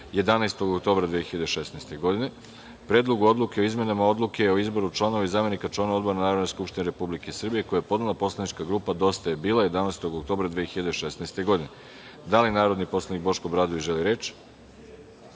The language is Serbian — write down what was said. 11. oktobra 2016. godine; Predlogu odluke o izmeni odluke o izboru članova i zamenika članova Odbora Narodne skupštine Republike Srbije, koji je podnela poslanička grupa DBJ, 11. oktobra 2016. godine. Da li narodni poslanik Boško Obradović želi reč?